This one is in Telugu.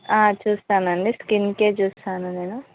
చూస్తాను అండి స్కిన్కే చూస్తాను నేను